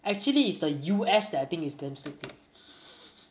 actually is the U_S that I think is damn stupid